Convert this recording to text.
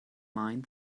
mind